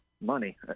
money